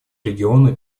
региону